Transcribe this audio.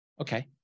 Okay